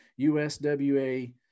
USWA